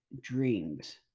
dreams